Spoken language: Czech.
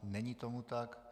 Není tomu tak.